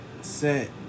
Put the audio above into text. set